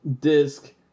disc